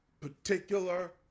particular